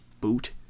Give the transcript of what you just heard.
boot